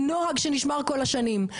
ונוהג שנישמר כל השנים,